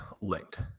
linked